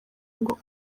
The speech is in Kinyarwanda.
ngo